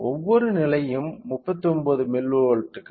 ஒவ்வொரு நிலையும் 39 மில்லிவோல்ட்கள்